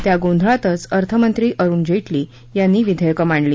त्या गोंधळातच अर्थमंत्री अरुण जेटली यांनी विधेयकं मांडली